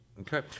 Okay